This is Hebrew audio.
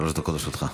שלוש דקות לרשותך.